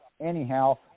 anyhow